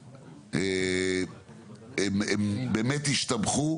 הם באמת השתבחו,